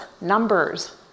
numbers